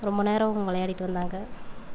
ரொம்ப நேரம் விளையாடிட்டு வந்தாங்க